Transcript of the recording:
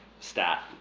stat